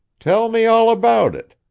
tell me all about it.